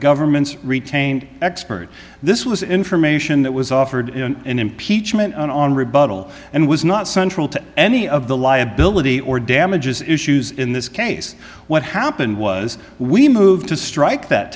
government's retained expert this was information that was offered in impeachment on rebuttal and was not central to any of the liability or damages issues in this case what happened was we moved to strike that